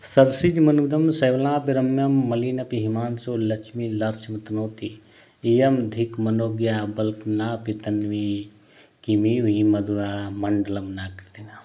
सरसिजमनुविद्धं शैवलेनापि रम्यं मलिनमपि हिमांशोर्लक्ष्म लक्ष्मीं तनोति इयमधिकमनोज्ञा वल्कलेनापि तन्वी किमिव हि मधुराणां मण्डनं नाकृतीनाम्